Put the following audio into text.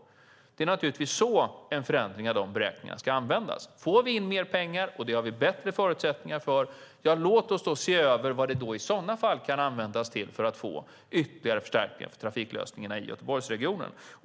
Det är naturligtvis så en förändring av de beräkningarna ska användas. Får vi in mer pengar, och det har vi bättre förutsättningar för, låt oss då se över vad de i sådana fall kan användas till för att ytterligare förstärka trafiklösningarna i Göteborgsregionen.